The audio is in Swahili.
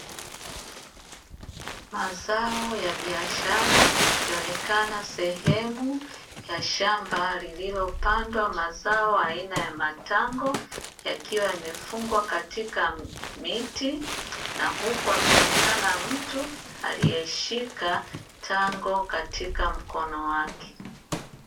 Mazao ya biashara yakionekana sehemu ya shamba lililopandwa mazao aina ya matango, yakiwa yamefungwa katika miti na huku akionekana mtu aliyeshika tango katika mkono wake.